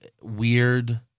weird